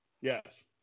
yes